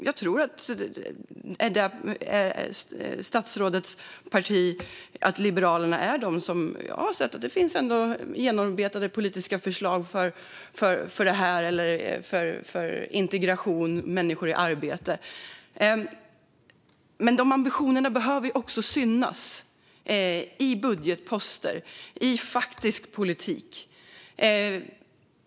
Jag har sett att det i statsrådets parti, Liberalerna, ändå finns genomarbetade politiska förslag för detta, för integration och för människor i arbete. Men dessa ambitioner behöver också synas i budgetposter och i faktisk politik.